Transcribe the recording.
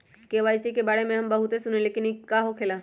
KYC के बारे में हम बहुत सुनीले लेकिन इ का होखेला?